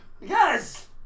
Yes